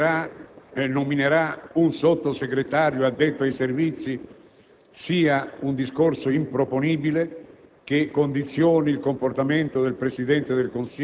«il Presidente del Consiglio nominerà un Sottosegretario addetto ai servizi» sia concetto improponibile,